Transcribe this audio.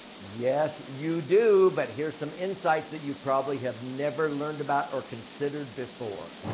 yes, you do. but here's some insights that you probably have never learned about or considered before.